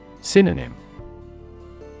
Synonym